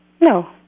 No